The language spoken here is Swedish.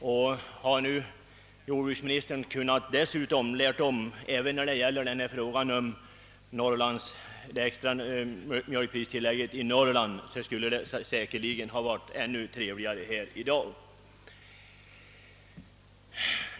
Om jordbruksministern dessutom hade kunnat lära om när det gäller frågan om det extra mjölkpristillägget till Norrland m.m., skulle det säkerligen ha varit ännu trevligare här i dag.